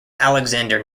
alexander